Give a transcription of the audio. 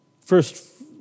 first